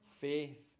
faith